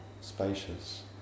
spacious